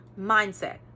mindset